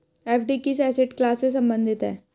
FD किस asset class से संबंधित है?